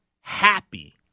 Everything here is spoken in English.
happy